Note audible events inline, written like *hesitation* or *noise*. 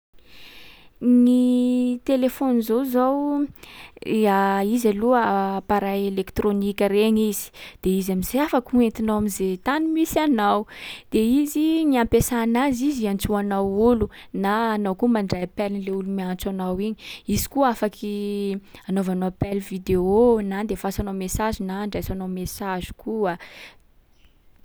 Gny téléphone zao zao, i *hesitation* izy aloha appareil elektrônika regny izy. De izy am’zay afaky entinao am’zay tany misy anao. De izy, gny ampesana azy, izy iantsoana olo na anao koa mandray appeln'le olo miantso anao iny. Izy koa afaky anaovanao appel vidéo, na andefasanao message na andraisanao message koa.